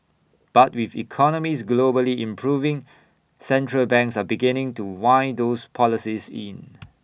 but with economies globally improving central banks are beginning to wind those policies in